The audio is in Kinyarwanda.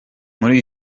muri